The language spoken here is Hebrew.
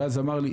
ואז אמר לי,